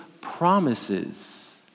promises